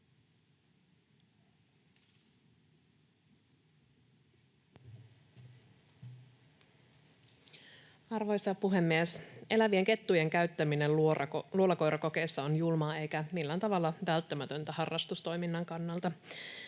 Arvoisa puhemies! Elävien kettujen käyttäminen luolakoirakokeissa on julmaa eikä millään tavalla välttämätöntä harrastustoiminnan kannalta.